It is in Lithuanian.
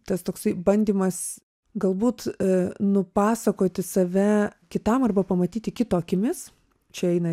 tas toksai bandymas galbūt nupasakoti save kitam arba pamatyti kito akimis čia eina